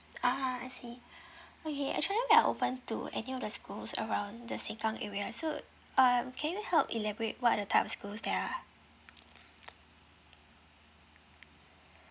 ah I see okay actually we're open to any of the schools around the sengkang area so um can you help elaborate what are the type of schools there are